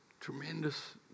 Tremendous